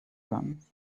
drums